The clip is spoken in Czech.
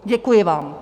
Děkuji vám.